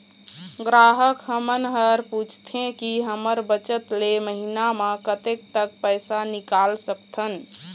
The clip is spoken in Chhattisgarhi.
ग्राहक हमन हर पूछथें की हमर बचत ले महीना मा कतेक तक पैसा निकाल सकथन?